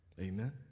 Amen